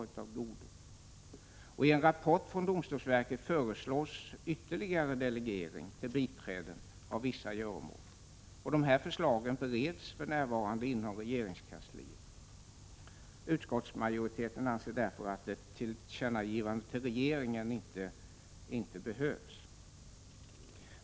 Vidare föreslås i en rapport från domstolsverket ytterligare delegering till biträden av vissa göromål. De här förslagen bereds för närvarande inom regeringskansliet. Utskottsmajoriteten anser därför att ett tillkännagivande till regeringen inte behövs.